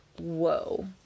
whoa